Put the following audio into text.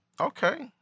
Okay